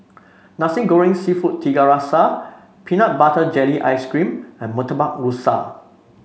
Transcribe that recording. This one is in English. Nasi Goreng seafood Tiga Rasa Peanut Butter Jelly Ice cream and Murtabak Rusa